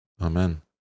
Amen